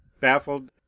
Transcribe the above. baffled